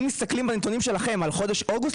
אם מסתכלים בנתונים שלכם על חודש אוגוסט